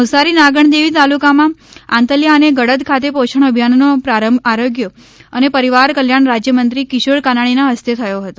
નવસારી નાગણદેવી તાલુકામાં આંતલીયા અને ગડત ખાતે પોષણ અભિયાનનો પ્રારંભ આરોગ્ય અને પરિવાર કલ્યાણ રાજયમંત્રી કિશોર કાનાણીના ફસ્તે થયો હતો